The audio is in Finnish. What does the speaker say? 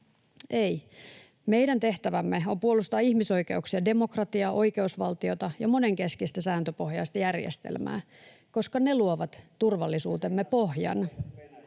Ei, meidän tehtävämme on puolustaa ihmisoikeuksia, demokratiaa, oikeusvaltiota ja monenkeskistä sääntöpohjaista järjestelmää, koska ne luovat turvallisuutemme pohjan.